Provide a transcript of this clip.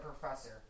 professor